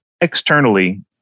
Externally